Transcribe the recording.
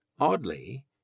Oddly